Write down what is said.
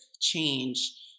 change